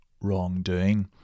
wrongdoing